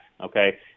okay